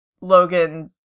Logan